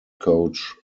coach